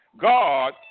God